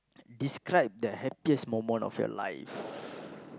describe the happiest moment of your life